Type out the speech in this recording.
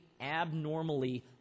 abnormally